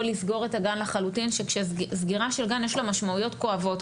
לסגור את הגן לחלוטין לסגירה של גן יש משמעויות כואבות,